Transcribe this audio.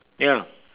ya